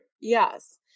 Yes